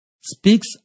speaks